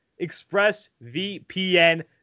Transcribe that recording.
ExpressVPN